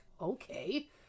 Okay